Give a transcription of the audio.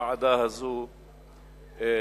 הוועדה הזאת קמה.